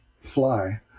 fly